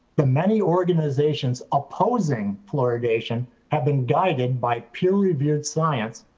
the many organizations opposing fluoridation have been guided by peer reviewed science,